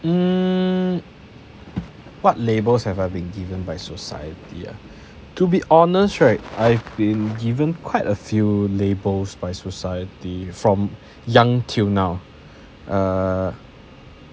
um what labels have I been given by society ah to be honest right I've been given quite a few labels by society the from young till now uh